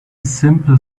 simple